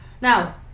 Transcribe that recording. now